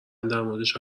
دربارش